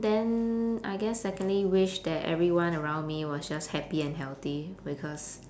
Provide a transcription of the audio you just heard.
then I guess secondly wish that everyone around me was just happy and healthy because